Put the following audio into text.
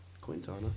Quintana